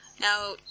Now